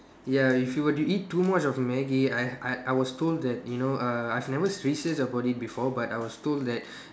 ya if you were to eat too much of Maggi I I I was told that you know uh I've never a body before but I was told that